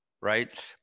right